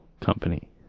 company